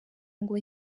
ngo